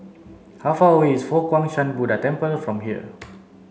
how far away is Fo Guang Shan Buddha Temple from here